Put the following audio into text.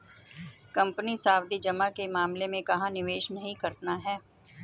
Company सावधि जमा के मामले में कहाँ निवेश नहीं करना है?